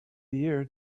year